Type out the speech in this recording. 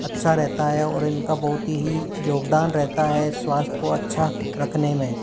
अच्छा रहता है और इनका बहुत ही योगदान रहता है स्वास्थ्य को अच्छा रखने में